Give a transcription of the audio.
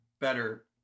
better